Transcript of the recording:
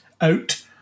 out